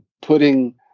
putting